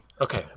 Okay